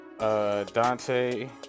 Dante